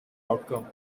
outcome